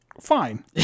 Fine